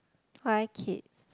why kid